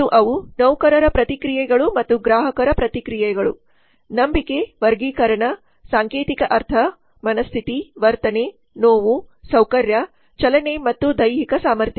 ಮತ್ತು ಅವು ನೌಕರರ ಪ್ರತಿಕ್ರಿಯೆಗಳು ಮತ್ತು ಗ್ರಾಹಕರ ಪ್ರತಿಕ್ರಿಯೆಗಳು ನಂಬಿಕೆ ವರ್ಗೀಕರಣ ಸಾಂಕೇತಿಕ ಅರ್ಥ ಮನಸ್ಥಿತಿ ವರ್ತನೆ ನೋವು ಸೌಕರ್ಯ ಚಲನೆ ಮತ್ತು ದೈಹಿಕ ಸಾಮರ್ಥ್ಯ